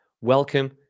welcome